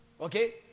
Okay